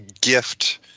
gift